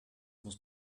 muss